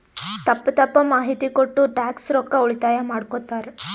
ತಪ್ಪ ತಪ್ಪ ಮಾಹಿತಿ ಕೊಟ್ಟು ಟ್ಯಾಕ್ಸ್ ರೊಕ್ಕಾ ಉಳಿತಾಯ ಮಾಡ್ಕೊತ್ತಾರ್